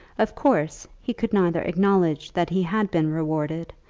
of course he could neither acknowledge that he had been rewarded,